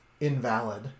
invalid